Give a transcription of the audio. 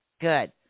good